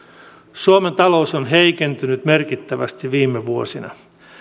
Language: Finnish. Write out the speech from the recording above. suomen talous on heikentynyt merkittävästi viime vuosina